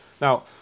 Now